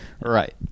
right